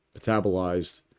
metabolized